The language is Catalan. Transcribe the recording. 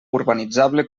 urbanitzable